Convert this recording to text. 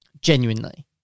genuinely